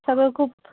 सगळं खूप